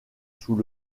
sous